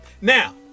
Now